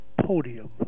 podium